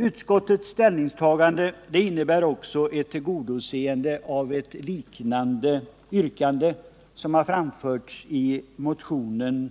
Utskottets ställningstagande innebär också ett tillgodoseende av ett liknande yrkande som har framförts i motionen